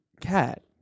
cat